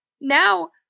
now